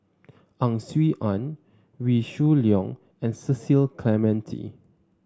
Ang Swee Aun Wee Shoo Leong and Cecil Clementi